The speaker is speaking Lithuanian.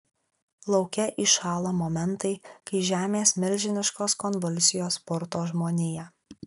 laike įšąla momentai kai žemės milžiniškos konvulsijos purto žmoniją